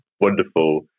wonderful